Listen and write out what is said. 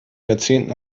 jahrzehnten